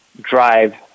drive